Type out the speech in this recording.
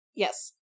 Yes